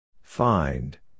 Find